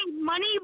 money